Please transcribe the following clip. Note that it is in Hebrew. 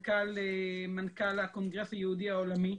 מנכ"ל הקונגרס היהודי העולמי,